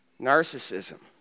narcissism